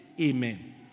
Amen